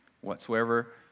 whatsoever